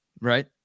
Right